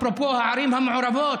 אפרופו הערים המעורבות?